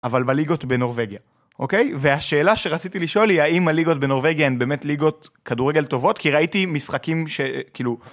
אבל בליגות בנורבגיה, אוקיי? והשאלה שרציתי לשאול היא האם הליגות בנורבגיה הן באמת ליגות כדורגל טובות? כי ראיתי משחקים ש... כאילו...